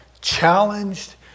challenged